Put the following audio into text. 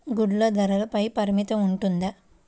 గుడ్లు ధరల పై పరిమితి ఉంటుందా?